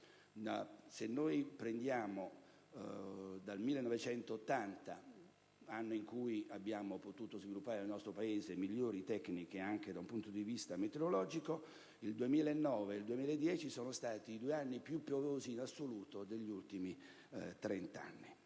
secoli. Dal 1980, anno in cui abbiamo potuto sviluppare nel nostro Paese migliori tecniche anche dal punto di vista meteorologico, il 2009 e il 2010 sono stati gli anni più piovosi in assoluto degli ultimi trent'anni.